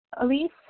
Elise